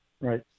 Right